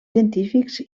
científics